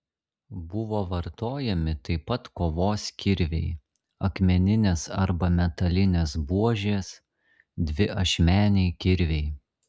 buvo vartojami taip pat kovos kirviai akmeninės arba metalinės buožės dviašmeniai kirviai